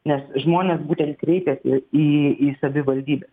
nes žmonės būtent kreipiasi į savivaldybes